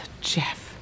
Jeff